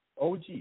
OG